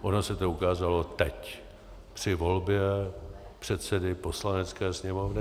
Ono se to ukázalo teď, při volbě předsedy Poslanecké sněmovny.